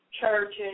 churches